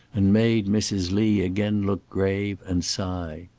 and made mrs. lee again look grave and sigh.